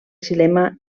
cinema